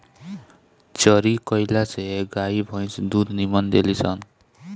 चरी कईला से गाई भंईस दूध निमन देली सन